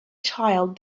child